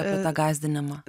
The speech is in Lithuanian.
apie tą gąsdinimą